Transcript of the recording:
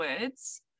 words